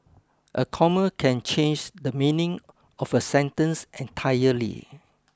a comma can change the meaning of a sentence entirely